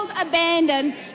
abandoned